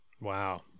wow